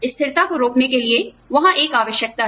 स्थिरता को रोकने के लिए वहां एक आवश्यकता है